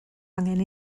angen